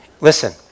Listen